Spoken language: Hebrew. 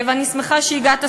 אני שמחה שהגעת,